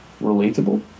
relatable